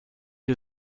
you